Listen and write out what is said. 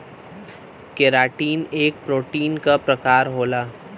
keratin एक protein क प्रकार होला